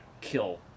kill